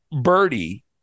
birdie